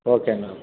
okay అండి okay